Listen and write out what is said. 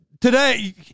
today